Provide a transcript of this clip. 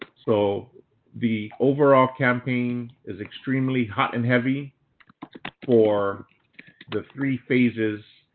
so the overall campaign is extremely hot and heavy for the three phases,